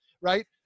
right